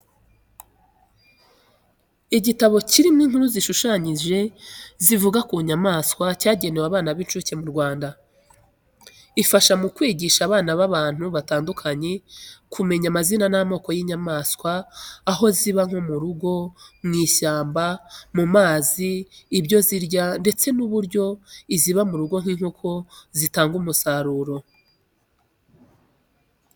Igitabo kirimo inkuru zishushanyije zivuga ku nyamaswa cyagenewe abana b'incuke mu Rwanda. Ifasha mu kwigisha abana n’abantu batandukanye kumenya amazina n'amoko y'inyamaswa, aho ziba nko mu rugo, mu ishyamba, mu mazi, ibyo zirya ndetse n'uburyo iziba mu rugo nk'inkoko zitanga umusaruro.